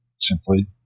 simply